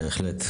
בהחלט.